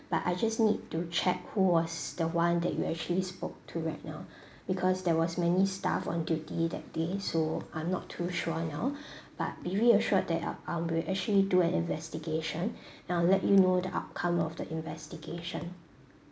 but I just need to check who was the one that you actually spoke to right now because there was many staff on duty that day so I'm not too sure now but be reassured that uh we'll actually do an investigation and I'll let you know the outcome of the investigation